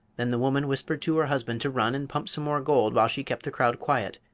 then the woman whispered to her husband to run and pump some more gold while she kept the crowd quiet,